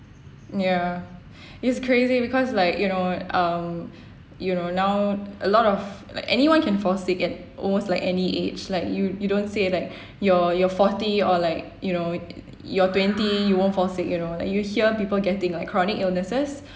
ya it's crazy because like you know um you know now a lot like of like anyone can fall sick at almost like any age like you you don't say like you're you're forty or like you know you're twenty you won't fall sick you know like you hear people getting like chronic illnesses